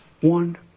one